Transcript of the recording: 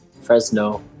Fresno